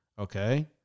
Okay